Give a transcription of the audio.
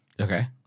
Okay